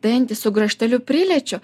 dantį su grąžteliu piliečiu